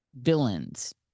villains